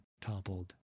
toppled